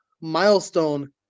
milestone